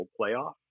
playoff